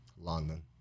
London